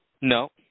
No